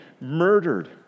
murdered